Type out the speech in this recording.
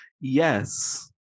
Yes